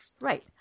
Right